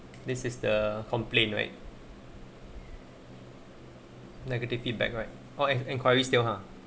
this is the complain right negative feedback right oh an inquiry still ha